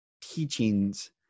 teachings